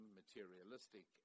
materialistic